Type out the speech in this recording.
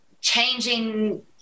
changing